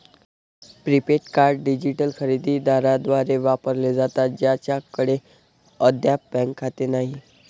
prepaid card digital खरेदी दारांद्वारे वापरले जातात ज्यांच्याकडे अद्याप बँक खाते नाही